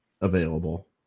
Available